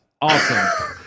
Awesome